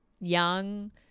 young